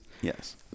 Yes